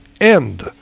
end